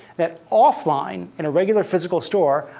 that offline in a regular physical store,